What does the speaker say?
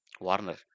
Warner